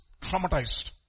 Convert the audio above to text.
Traumatized